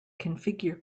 configure